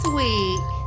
week